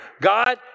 God